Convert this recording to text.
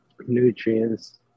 nutrients